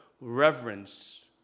reverence